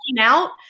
out